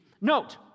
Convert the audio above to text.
Note